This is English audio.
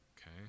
okay